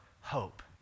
hope